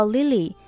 Lily